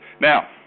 Now